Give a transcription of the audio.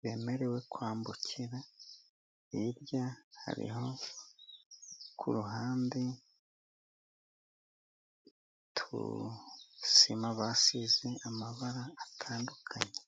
bemerewe kwambukira. Hirya hariho ku ruhande, udusima basize amabara atandukanye.